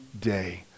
day